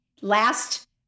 last